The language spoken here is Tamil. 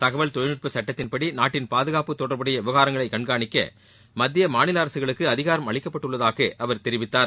தகவல் தொழில்நுட்ப சுட்டத்தின்படி நாட்டின் பாதுகாப்பு தொடர்புடைய விவகாரங்களை கண்காணிக்க மத்திய மாநில அரசுகளுக்கு அதிகாரம் அளிக்கப்பட்டுள்ளதாக அவர் தெரிவித்தார்